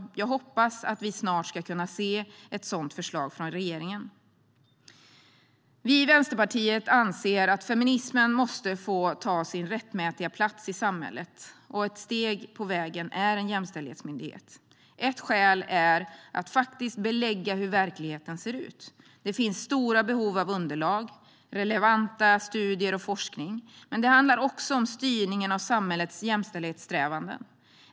Jag hoppas att vi snart ska kunna se ett sådant förslag från regeringen. Vi i Vänsterpartiet anser att feminismen måste få ta sin rättmätiga plats i samhället, och ett steg på vägen är en jämställdhetsmyndighet. Ett skäl till detta handlar om att faktiskt belägga hur verkligheten ser ut. Det finns stora behov av underlag, relevanta studier och forskning. Men det handlar också om styrningen av samhällets jämställdhetssträvanden.